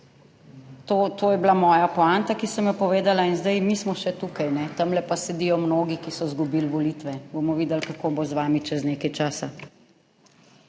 To je bila moja poanta, ki sem jo povedala. Sedaj, mi smo še tukaj tamle pa sedijo mnogi, ki so izgubili volitve. Bomo videli, kako bo z vami čez nekaj časa.